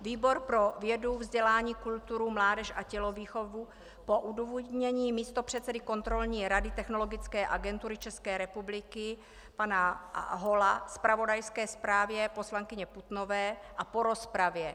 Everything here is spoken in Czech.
Výbor pro vědu, vzdělání, kulturu, mládež a tělovýchovu po odůvodnění místopředsedy Kontrolní rady Technologické agentury České republiky pana Holla, zpravodajské zprávě poslankyně Putnové a po rozpravě